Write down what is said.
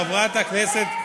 חברת הכנסת,